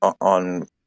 on